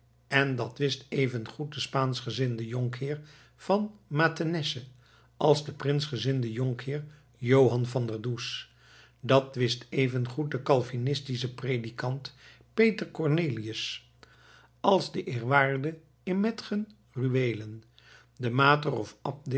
en dat wist even goed de spaanschgezinde jonkheer van mathenesse als de prinsgezinde jonkheer johan van der does dat wist even goed de calvinistische predikant petrus cornelius als de eerwaarde immetgen ruelen de mater of